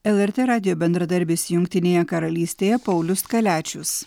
lrt radijo bendradarbis jungtinėje karalystėje paulius kaliačius